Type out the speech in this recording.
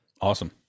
Awesome